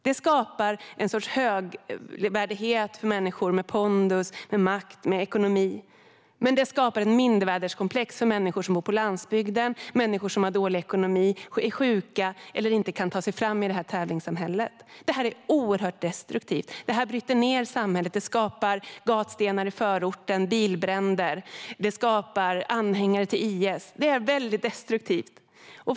Det skapar ett högt värde för människor med pondus, makt och god ekonomi, men det skapar mindervärdeskomplex hos människor som bor på landsbygden, har dålig ekonomi, är sjuka eller inte kan ta sig fram i detta tävlingssamhälle. Det är oerhört destruktivt och bryter ned samhället. Det skapar stenkastning och bilbränder i förorterna, och det skapar anhängare till IS.